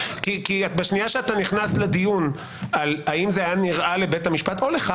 כי בשנייה שאתה נכנס לדיון על האם זה היה נראה לבית המשפט או לך,